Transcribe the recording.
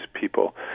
people